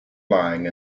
lying